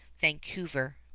Vancouver